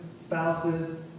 spouses